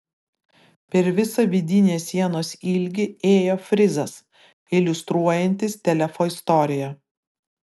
per visą vidinės sienos ilgį ėjo frizas iliustruojantis telefo istoriją